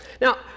Now